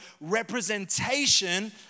representation